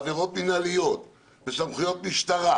עבירות מינהליות וסמכויות משטרה,